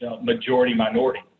majority-minority